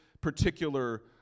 particular